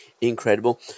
incredible